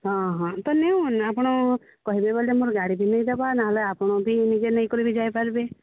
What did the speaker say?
ହଁ ହଁ ତ ନେଉନ୍ ଆପଣ କହିବେ ବୋଲେ ମୋର ଗାଡ଼ି ବି ନେଇ ଦେବା ନହେଲେ ଆପଣ ବି ନିଜେ ନେଇକରି ଯାଇପାରିବେ